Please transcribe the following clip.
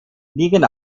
liegen